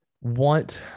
want